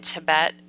Tibet